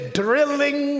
drilling